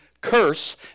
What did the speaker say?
curse